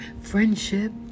friendship